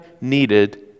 needed